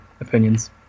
opinions